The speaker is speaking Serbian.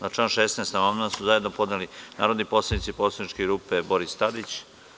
Na član 16. amandman su zajedno podneli narodni poslanici poslaničke grupe Boris Tadić.